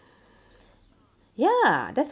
ya that's